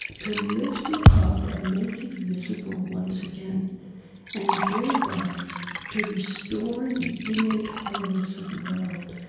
to lift it up and make it visible once again and thereby to restore the innate wholeness of the world.